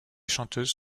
chanteuses